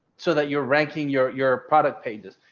so that you're ranking your your product pages.